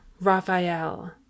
Raphael